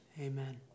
Amen